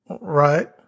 Right